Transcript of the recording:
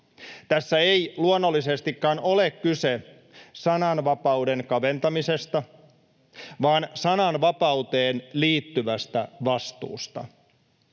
Tässä ei luonnollisestikaan ole kyse sananvapauden kaventamisesta vaan sananvapauteen liittyvästä vastuusta.